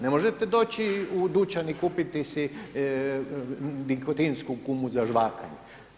Ne možete doći u dućan i kupiti si nikotinsku gumu za žvakanje.